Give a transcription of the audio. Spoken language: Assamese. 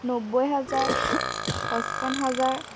নব্বৈ হাজাৰ পঁচপন্ন হাজাৰ